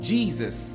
Jesus